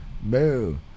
Boo